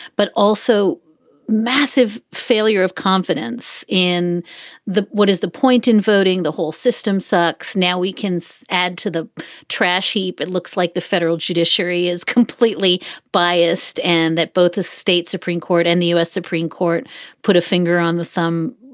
but also massive failure of confidence in the what is the point in voting? the whole system sucks. now we can so add to the trash heap. it looks like the federal judiciary is completely biased and that both the state supreme court and the u s. supreme court put a finger on the thumb,